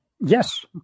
Yes